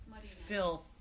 filth